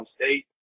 State